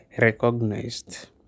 recognized